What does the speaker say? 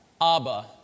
Abba